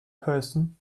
person